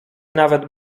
nawet